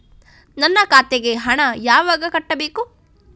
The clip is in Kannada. ನನ್ನ ಖಾತೆಗೆ ಹಣ ಯಾವಾಗ ಕಟ್ಟಬೇಕು?